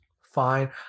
fine